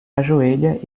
ajoelha